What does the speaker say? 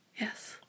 Yes